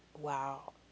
wow